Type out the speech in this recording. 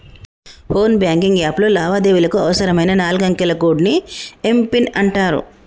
phone banking app లో లావాదేవీలకు అవసరమైన నాలుగు అంకెల కోడ్ని ఏం పిన్ అంటారు